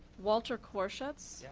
walter koroshetz. yeah